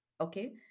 Okay